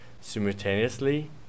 simultaneously